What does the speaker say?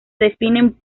definen